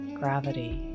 gravity